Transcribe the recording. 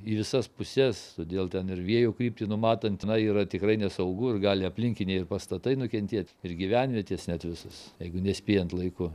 į visas puses todėl ten ir vėjo kryptį numatant na yra tikrai nesaugu ir gali aplinkiniai ir pastatai nukentėt ir gyvenvietės net visos jeigu nespėjant laiku